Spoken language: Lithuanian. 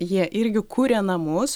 jie irgi kuria namus